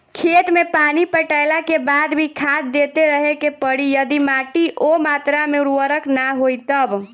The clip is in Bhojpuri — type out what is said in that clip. खेत मे पानी पटैला के बाद भी खाद देते रहे के पड़ी यदि माटी ओ मात्रा मे उर्वरक ना होई तब?